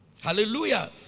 Hallelujah